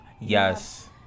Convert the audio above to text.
Yes